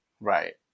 Right